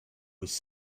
was